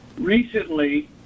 Recently